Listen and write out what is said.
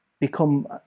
Become